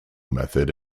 method